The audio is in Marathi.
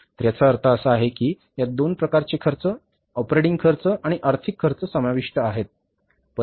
तर याचा अर्थ असा आहे की यात दोन प्रकारचे खर्च ऑपरेटिंग खर्च आणि आर्थिक खर्च समाविष्ट आहेत